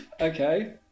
Okay